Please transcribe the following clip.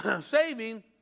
saving